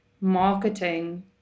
marketing